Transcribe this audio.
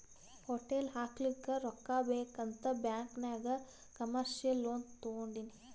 hotel ಹಾಕ್ಲಕ್ ರೊಕ್ಕಾ ಬೇಕ್ ಅಂತ್ ಬ್ಯಾಂಕ್ ನಾಗ್ ಕಮರ್ಶಿಯಲ್ ಲೋನ್ ತೊಂಡಿನಿ